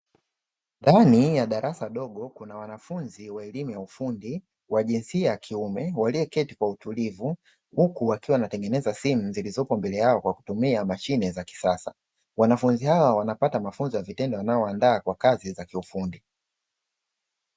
Ndani ya darasa dogo kuna wanafunzi wa elimu ya ufundi wa jinsia ya kiume walioketi kwa utulivu, huku wakiwa wanatengeneza simu zilizopo mbele yao kwa kutumia mashine za kisasa. Wanafunzi hawa wanapata mafunzo ya vitendo yanayowaandaa kwa kazi za kiufundi.